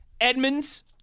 Edmonds